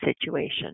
situation